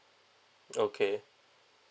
okay